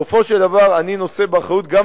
בסופו של דבר אני נושא באחריות גם